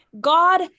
God